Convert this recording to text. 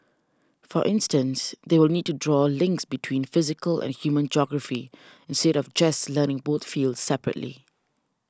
for instance they will need to draw links between physical and human geography instead of just learning both fields separately